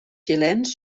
xilens